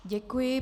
Děkuji.